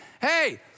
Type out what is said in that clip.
hey